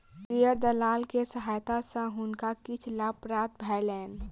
share दलाल के सहायता सॅ हुनका किछ लाभ प्राप्त भेलैन